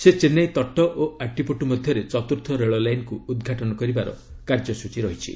ସେ ଚେନ୍ନାଇ ତଟ ଓ ଆଟ୍ଟିପଟ୍ଟୁ ମଧ୍ୟରେ ଚତୁର୍ଥ ରେଳଲାଇନକୁ ଉଦ୍ଘାଟନ କରିବାର କାର୍ଯ୍ୟସ୍ଚୀ ରହିଛି